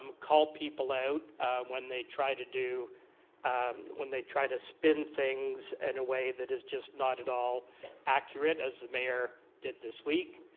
um call people out when they try to do um when they try to spin things in a way that is just not at all accurate as the mayor did this week.